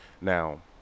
now